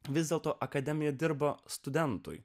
vis dėlto akademiją dirbo studentui